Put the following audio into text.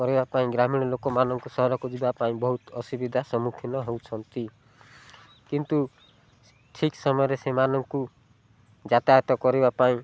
କରିବା ପାଇଁ ଗ୍ରାମୀଣ ଲୋକମାନଙ୍କୁ ସହରକୁ ଯିବା ପାଇଁ ବହୁତ ଅସୁବିଧା ସମ୍ମୁଖୀନ ହେଉଛନ୍ତି କିନ୍ତୁ ଠିକ୍ ସମୟରେ ସେମାନଙ୍କୁ ଯାତାୟତ କରିବା ପାଇଁ